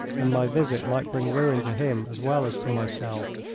and my visit might bring ruin to him as well as to myself.